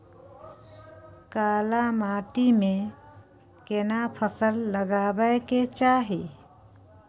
काला माटी में केना फसल लगाबै के चाही?